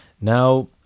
Now